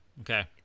Okay